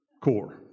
core